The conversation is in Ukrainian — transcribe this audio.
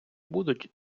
будуть